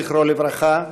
זכרו לברכה,